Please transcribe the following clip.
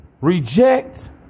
Reject